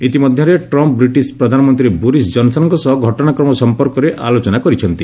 ଇତିମଧ୍ୟରେ Trump British ପ୍ରଧାନମନ୍ତ୍ରୀ Boris ଜନ୍ସନ୍ଙ୍କ ସହ ଘଟଣାକ୍ରମ ସମ୍ପର୍କର ଆଲୋଚନା କରିଛନ୍ତି